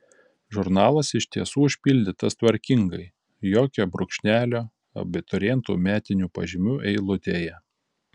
žurnalas iš tiesų užpildytas tvarkingai jokio brūkšnelio abiturientų metinių pažymių eilutėje